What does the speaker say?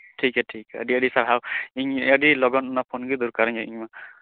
ᱴᱷᱤᱠ ᱴᱷᱤᱠ ᱜᱮᱭᱟ ᱟᱹᱰᱤ ᱟᱹᱰᱤ ᱥᱟᱨᱦᱟᱣ ᱤᱧ ᱟᱹᱰᱤ ᱞᱚᱜᱚᱱ ᱚᱱᱟ ᱯᱷᱳᱱᱜᱮ ᱫᱚᱨᱠᱟᱨᱤᱧᱟ ᱤᱧ ᱢᱟ